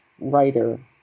writer